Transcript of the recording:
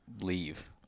leave